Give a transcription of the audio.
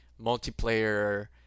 multiplayer